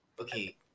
okay